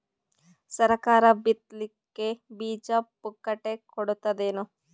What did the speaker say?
ಸರಕಾರ ಬಿತ್ ಲಿಕ್ಕೆ ಬೀಜ ಪುಕ್ಕಟೆ ಕೊಡತದೇನು?